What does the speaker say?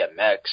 DMX